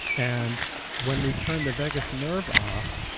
and when we turn the vagus nerve off,